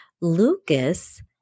Lucas